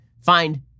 find